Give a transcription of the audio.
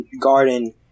Garden